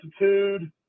altitude